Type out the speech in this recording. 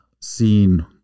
seen